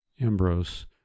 Ambrose